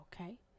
okay